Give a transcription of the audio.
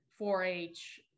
4-H